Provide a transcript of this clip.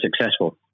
successful